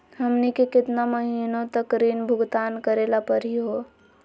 हमनी के केतना महीनों तक ऋण भुगतान करेला परही हो?